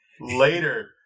later